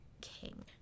king